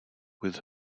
with